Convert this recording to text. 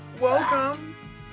welcome